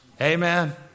Amen